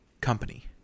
company